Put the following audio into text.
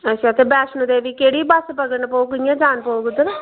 अच्छा ते वैष्णो देवी केह्ड़ी बस पकड़नी पौग कियां जाना पौग उद्धर